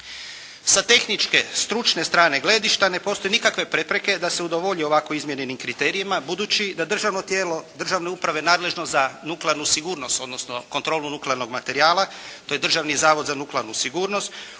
Sa tehničke, stručne strane gledišta ne postoje nikakve prepreke da se udovolji ovako izmijenjenim kriterijima budući da državno tijelo državne uprave nadležno za nuklearnu sigurnost odnosno kontrolu nuklearnog materijala, to je Državni zavod za nuklearnu sigurnost,